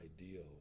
ideal